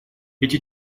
эти